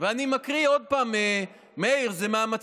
נגד צחי הנגבי, בעד שרן מרים השכל,